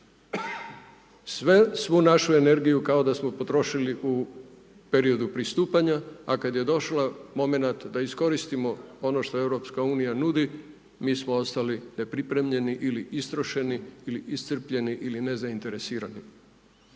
Sve, svu našu energiju kao da smo potrošili u periodu pristupanja a kad je došao moment da iskoristimo ono što EU nudi mi smo ostali nepripremljeni ili istrošeni ili iscrpljeni ili nezainteresirani.